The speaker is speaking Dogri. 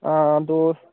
हां दो